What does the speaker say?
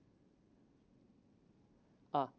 ah